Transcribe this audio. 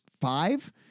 five